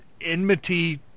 enmity